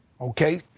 Okay